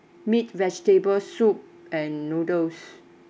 meat vegetable soup and noodles